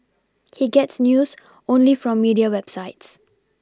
he gets news only from media websites